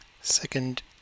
Second